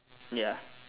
ya